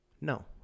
No